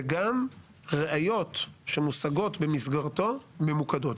וגם ראיות שמושגות במסגרתו ממוקדות.